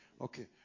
Okay